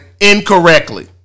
incorrectly